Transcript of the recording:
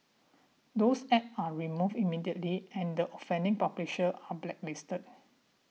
those ads are removed immediately and the offending publishers are blacklisted